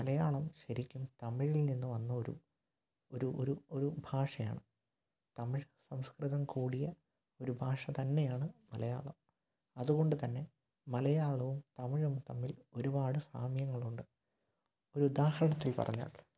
മലയാളം ശെരിക്കും തമിഴില് നിന്ന് വന്ന ഒരു ഒരു ഒരു ഒരു ഭാഷയാണ് തമിഴ് സംസ്കൃതം കൂടിയ ഒരു ഭാഷ തന്നെയാണ് മലയാളം അതുകൊണ്ട് തന്നെ മലയാളവും തമിഴും തമ്മില് ഒരുപാട് സാമ്യങ്ങളുണ്ട് ഒരുദാഹരണത്തില് പറഞ്ഞാല്